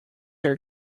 are